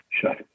sure